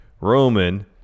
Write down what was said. Roman